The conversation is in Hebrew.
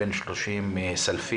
בן 30 מסלפית,